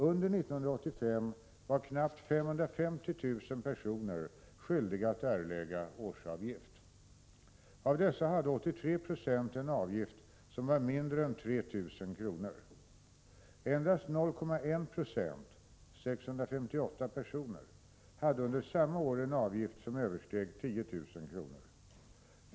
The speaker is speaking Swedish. Under 1985 var knappt 550 000 personer skyldiga att erlägga årsavgift. Av dessa hade 83 26 en avgift som var mindre än 3 000 kr. Endast 0,1 96 hade under samma år en avgift som översteg 10 000 kr.